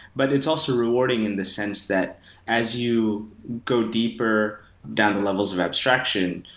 but it's also rewarding in the sense that as you go deeper down the levels of abstraction,